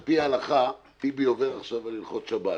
על פי ההלכה טיבי עובר עכשיו על הלכות שבת,